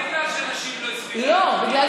נפל פגם בהצבעה, ביטול הצבעה, אין דבר